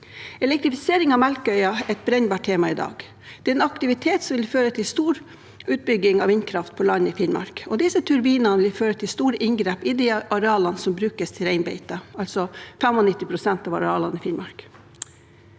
Elektrifisering av Melkøya er et brennbart tema i dag. Det er en aktivitet som vil føre til stor utbygging av vindkraft på land i Finnmark. Disse turbinene vil føre til store inngrep i de arealene som brukes til reinbeite, altså 95 pst. av arealene i Finnmark.